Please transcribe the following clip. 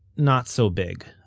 not so big.